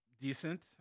decent